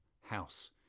house